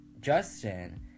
Justin